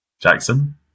Jackson